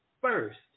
first